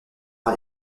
par